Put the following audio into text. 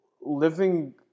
living